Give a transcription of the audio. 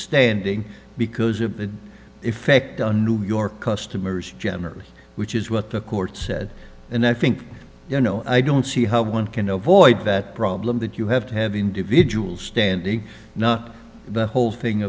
ending because of the effect on new york customers generally which is what the court said and i think you know i don't see how one can avoid that problem that you have to have individual standy not the whole thing